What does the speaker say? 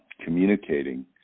communicating